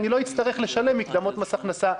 אני לא אצטרך לשלם מקדמות מס הכנסה,